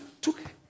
took